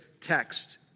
text